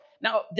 Now